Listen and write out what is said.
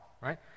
right